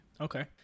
Okay